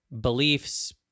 beliefs